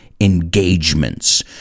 engagements